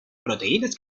proteínas